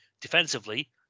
Defensively